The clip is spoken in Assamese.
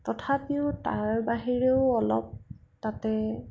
তথাপিও তাৰ বাহিৰেও অলপ তাতে